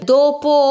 dopo